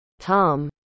Tom